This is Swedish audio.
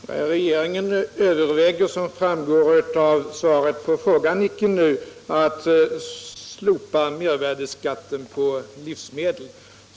Herr talman! Regeringen överväger, som framgått av mitt svar, icke nu att slopa mervärdeskatten på livsmedel.